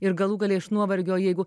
ir galų gale iš nuovargio jeigu